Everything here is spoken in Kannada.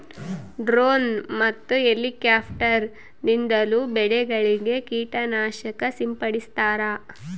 ಡ್ರೋನ್ ಮತ್ತು ಎಲಿಕ್ಯಾಪ್ಟಾರ್ ನಿಂದಲೂ ಬೆಳೆಗಳಿಗೆ ಕೀಟ ನಾಶಕ ಸಿಂಪಡಿಸ್ತಾರ